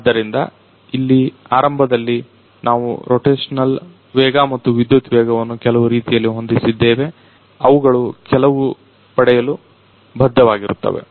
ಆದ್ದರಿಂದ ಇಲ್ಲಿ ಆರಂಭದಲ್ಲಿ ನಾವು ರೋಟೇಷನಲ್ ವೇಗ ಮತ್ತು ವಿದ್ಯುತ್ ವೇಗವನ್ನು ಕೆಲವು ರೀತಿಯಲ್ಲಿ ಹೊಂದಿಸಿದ್ದೇವೆ ಅವುಗಳು ಕೆಲವು ಪಡೆಯಲು ಬದ್ಧವಾಗಿರುತ್ತವೆ